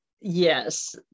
Yes